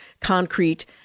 concrete